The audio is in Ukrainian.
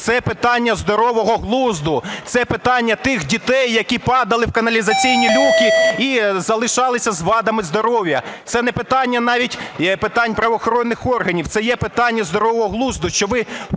Це питання здорового глузду, це питання тих дітей, які падали в каналізаційні люки і залишалися з вадами здоров'я. Це не питання навіть питань правоохоронних органів, це є питання здорового глузду,